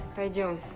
i don't